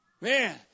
Man